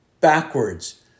backwards